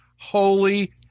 Holy